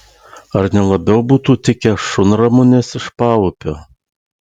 ar ne labiau būtų tikę šunramunės iš paupio